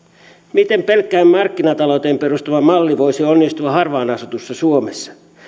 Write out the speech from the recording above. miten pelkkään markkinata louteen perustuva malli voisi onnistua harvaan asutussa suomessa